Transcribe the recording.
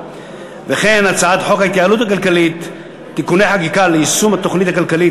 וכן הצעת חוק ההתייעלות הכלכלית (תיקוני חקיקה ליישום התוכנית הכלכלית